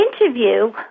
interview